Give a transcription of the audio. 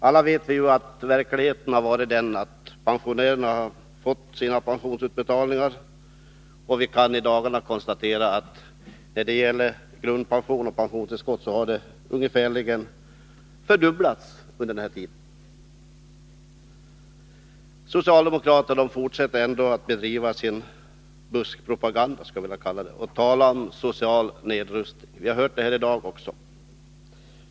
Alla vet vi ju att verkligheten har varit den att pensionärerna har fått sina pensionsutbetalningar, och vi kan i dagarna konstatera att när det gäller grundpension och pensionstillskott har beloppen ungefärligen fördubblats under den här tiden. Men socialdemokraterna fortsätter ändå att bedriva sin buskpropaganda, som jag skulle vilja kalla det, och talar om social nedrustning — vi har hört detta sägas här i dag också.